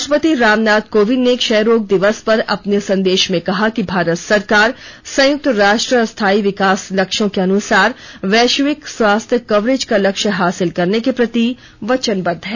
राष्ट्रपति रामनाथ कोविंद ने क्षयरोग दिवस पर अपने संदेश में कहा है कि भारत सरकार संयुक्त राष्ट्र स्थायी विकास लक्ष्यों के अनुसार वैश्विक स्वास्थ्य कवरेज का लक्ष्य हासिल करने के प्रति वचनबद्ध है